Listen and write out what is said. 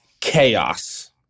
chaos